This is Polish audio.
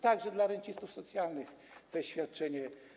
Także dla rencistów socjalnych było to świadczenie.